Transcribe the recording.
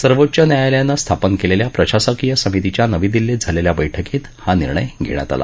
सर्वोच्च न्यायालयानं स्थापन केलेल्या प्रशासकीय समितीच्या नवी दिल्लीत झालेल्या बक्कीत हा निर्णय घेण्यात आला